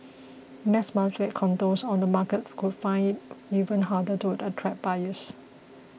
mass market condos on the market could find it even harder to attract buyers